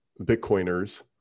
bitcoiners